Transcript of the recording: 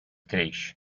creix